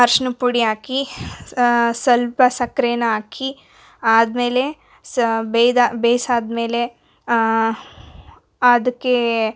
ಅರ್ಶಿನದ ಪುಡಿ ಹಾಕಿ ಸ್ವಲ್ಪ ಸಕ್ಕರೆನಾ ಹಾಕಿ ಆದ್ಮೇಲೆ ಸ ಬೇಯಿಸಾದ್ಮೇಲೆ ಅದಕ್ಕೆ